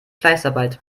fleißarbeit